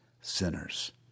sinners